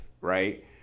right